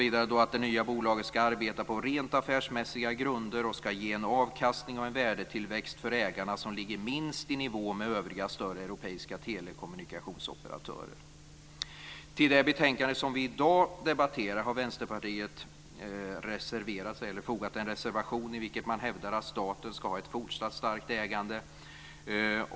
Man sade vidare: "Det nya bolaget skall arbeta på rent affärsmässiga grunder och skall ge en avkastning och en värdetillväxt för ägarna som ligger minst i nivå med övriga större europeiska telekommunikationsoperatörer." Till det betänkande som vi i dag debatterar har Vänsterpartiet fogat en reservation i vilken man hävdar att staten fortsatt ska ha ett starkt ägande.